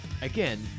Again